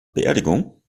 beerdigung